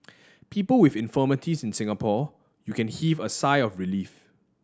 people with infirmities in Singapore you can heave a sigh of relief